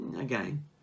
again